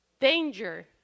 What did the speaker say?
danger